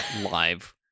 live